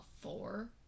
four